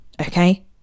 Okay